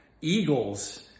eagles